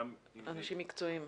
אנשים מקצועיים.